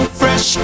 fresh